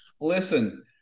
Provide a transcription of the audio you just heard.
Listen